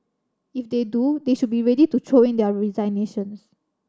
if they do they should be ready to throw in their resignations